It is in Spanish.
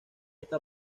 esta